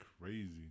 crazy